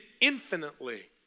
infinitely